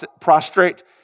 prostrate